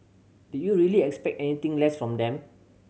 did you really expect anything less from them